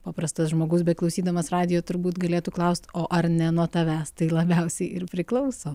paprastas žmogus beklausydamas radijo turbūt galėtų klaust o ar ne nuo tavęs tai labiausiai ir priklauso